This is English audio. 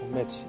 met